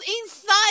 inside